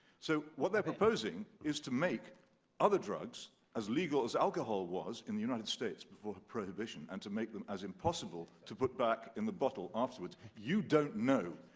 so what they're proposing, is to make other drugs as legal as alcohol was in the united states before prohibition, and to make them impossible to put back in the bottle afterwards. you don't know,